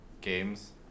games